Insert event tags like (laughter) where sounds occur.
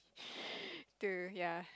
(noise) to ya